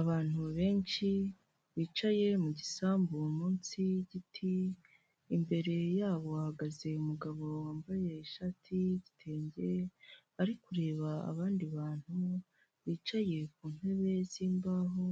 Abantu benshi bicaye mu gisambu munsi y'igiti, imbere yabo hahagaze umugabo wambaye ishati y'igitenge, ari kureba abandi bantu bicaye ku ntebe z'imbaho,